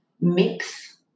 mix